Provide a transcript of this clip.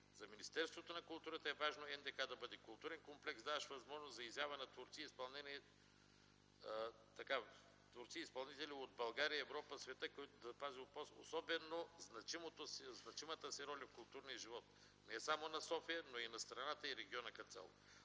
За Министерството на културата е важно НДК да бъде културен клуб, даващ възможност за изява на творци и изпълнители от България, Европа и света, като запази значимата си роля в културния живот не само на София, но и на страната и региона като